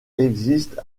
existe